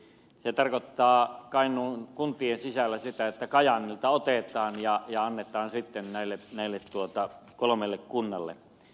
se tarkoittaa kainuun kuntien sisällä sitä että kajaanilta otetaan ja annetaan sitten näille kolmelle kunnalle